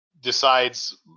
decides